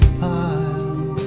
pile